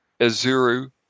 Azuru